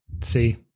see